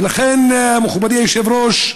לכן, מכובדי היושב-ראש,